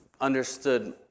understood